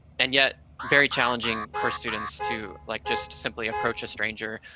and yet very challenging for students to, like, just to simply approach a stranger,